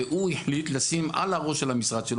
והוא החליט לשים על הראש של המשרד שלו.